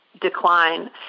decline